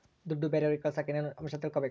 ದುಡ್ಡು ಬೇರೆಯವರಿಗೆ ಕಳಸಾಕ ಏನೇನು ಅಂಶ ತಿಳಕಬೇಕು?